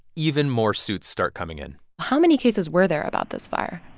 even more suits start coming in how many cases were there about this fire?